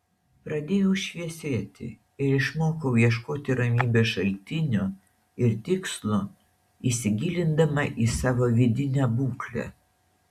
pradėjau šviesėti ir išmokau ieškoti ramybės šaltinio ir tikslo įsigilindama į savo vidinę būklę